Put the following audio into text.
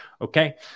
okay